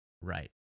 Right